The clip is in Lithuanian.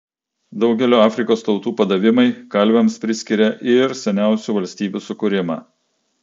daugelio afrikos tautų padavimai kalviams priskiria ir seniausių valstybių sukūrimą